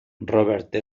robert